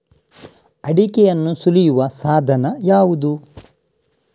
ಅಡಿಕೆಯನ್ನು ಸುಲಿಯುವ ಸಾಧನ ಯಾವುದು?